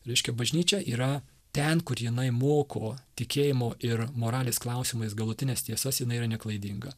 reiškia bažnyčia yra ten kur jinai moko tikėjimo ir moralės klausimais galutines tiesas jinai yra neklaidinga